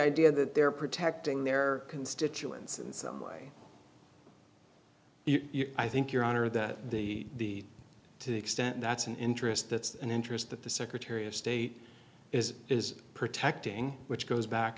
idea that they're protecting their constituents in some way i think your honor that the to the extent that's an interest that's an interest that the secretary of state is is protecting which goes back